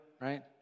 right